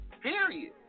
Period